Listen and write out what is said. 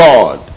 God